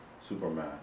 superman